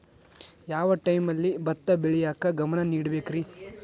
ಯಾವ್ ಟೈಮಲ್ಲಿ ಭತ್ತ ಬೆಳಿಯಾಕ ಗಮನ ನೇಡಬೇಕ್ರೇ?